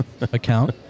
account